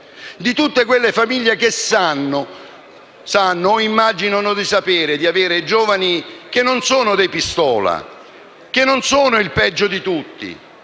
da tutte quelle famiglie che sanno o immaginano di sapere di avere dei giovani che non sono dei "pistola" e non sono i peggiori di tutti,